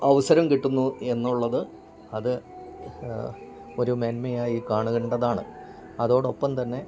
അവസരങ്കിട്ട്ന്നൂ എന്നുള്ളത് അത് ഒരു മേന്മയായി കാണേണ്ടതാണ് അതോടൊപ്പം തന്നെ